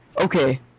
Okay